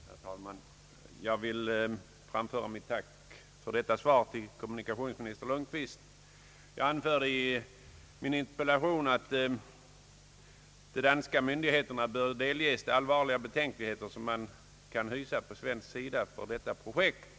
Herr talman! Jag vill framföra mitt tack för kommunikationsminister Lundkvists svar. Jag anförde i min interpellation att de danska myndigheterna bör delges de allvarliga betänkligheter som man kan hysa från svensk sida för detta projekt.